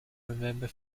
remember